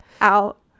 out